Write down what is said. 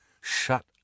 Shut